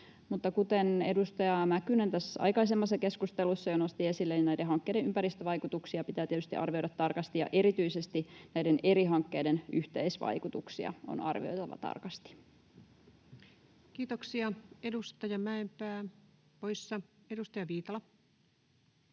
kuten edustaja Mäkynen tässä aikaisemmassa keskustelussa jo nosti esille, niin näiden hankkeiden ympäristövaikutuksia pitää tietysti arvioida tarkasti, ja erityisesti näiden eri hankkeiden yhteisvaikutuksia on arvioitava tarkasti. Kiitoksia. — Edustaja Mäenpää poissa. — Edustaja Viitala.